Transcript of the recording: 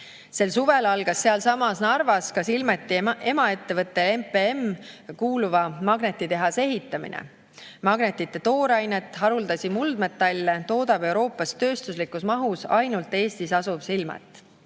Sel suvel algas sealsamas Narvas ka Silmeti emaettevõttele NPM kuuluva magnetitehase ehitamine. Magnetite toorainet, haruldasi muldmetalle, toodab Euroopas tööstuslikus mahus ainult Eestis asuv Silmet.